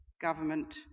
government